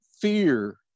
fear